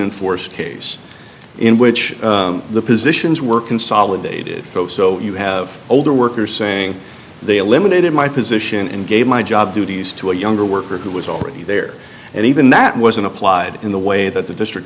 in force case in which the positions were consolidated so so you have older workers saying they eliminated my position and gave my job duties to a younger worker who was already there and even that wasn't applied in the way that the district